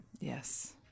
yes